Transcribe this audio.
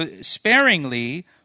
sparingly